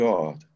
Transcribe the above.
God